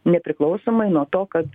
nepriklausomai nuo to kad